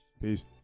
Peace